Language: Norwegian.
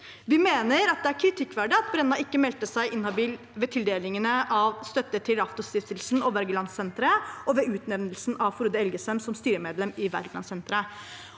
Vi mener det er kritikkverdig at Brenna ikke meldte seg inhabil ved tildelingene av støtte til Raftostiftelsen og Wergelandsenteret og ved utnevnelsen av Frode Elgesem som styremedlem i Wergelandsenteret.